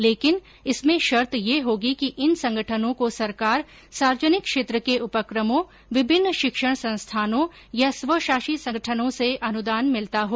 लेकिन इसमें शर्त यह होगी कि इन संगठनों को सरकार सार्वजनिक क्षेत्र के उपक्रमों विभिन्न शिक्षण संस्थानों या स्वशासी संगठनों से अनुदान मिलता हो